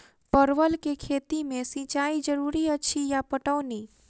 परवल केँ खेती मे सिंचाई जरूरी अछि या पटौनी?